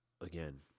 again